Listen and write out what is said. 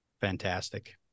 fantastic